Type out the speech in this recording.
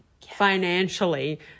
Financially